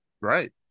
Right